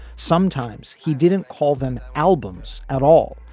sometimes he didn't call them albums at all,